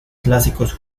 clásicos